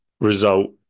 result